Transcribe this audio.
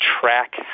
track